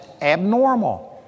abnormal